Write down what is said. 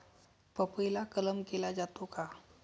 पपईला कलम केला जातो का?